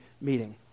meeting